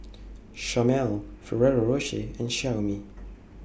Chomel Ferrero Rocher and Xiaomi